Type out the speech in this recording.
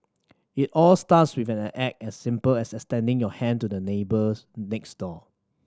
it all starts with an act as simple as extending your hand to the neighbours next door